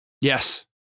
Yes